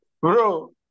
bro